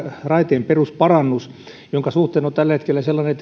raiteen perusparannus ja sen suhteen on tällä hetkellä sellainen